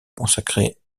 consacrer